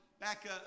back